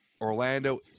Orlando